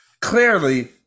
Clearly